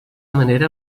manera